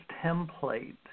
template